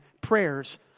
Prayers